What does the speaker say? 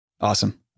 Awesome